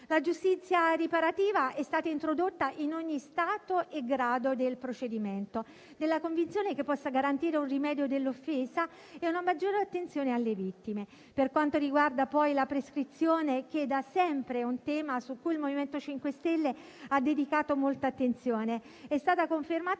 La giustizia riparativa è stata introdotta in ogni stato e grado del procedimento, nella convinzione che possa garantire un rimedio dell'offesa e una maggiore attenzione alle vittime. Per quanto riguarda poi la prescrizione, che da sempre è un tema al quale il MoVimento 5 Stelle ha dedicato molta attenzione, è stata confermata